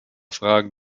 fragen